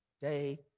day